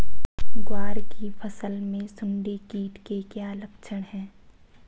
ग्वार की फसल में सुंडी कीट के क्या लक्षण है?